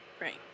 Right